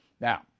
Now